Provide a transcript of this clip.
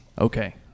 Okay